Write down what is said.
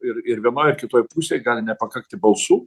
ir ir vienoj ir kitoj pusėj gali nepakakti balsų